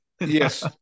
Yes